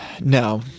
No